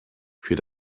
für